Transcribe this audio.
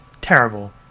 terrible